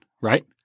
right